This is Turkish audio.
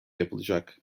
yapılacak